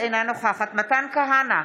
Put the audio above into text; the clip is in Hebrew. אינה נוכחת מתן כהנא,